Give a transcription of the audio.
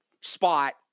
spot